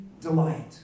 delight